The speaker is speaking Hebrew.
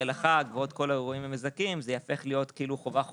לחג ועוד כל האירועים המזכים זה יהפוך להיות כאילו חובה חוקית,